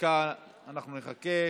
דקה אנחנו נחכה